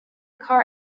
car